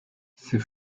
ces